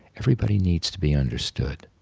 everybody needs to be understood.